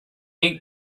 ink